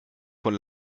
von